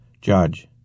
Judge